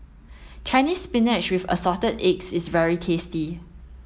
Chinese spinach with assorted eggs is very tasty